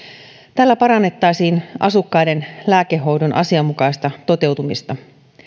tällä parannettaisiin asukkaiden lääkehoidon asianmukaista toteutumista